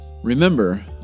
Remember